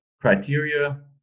criteria